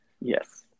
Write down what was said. Yes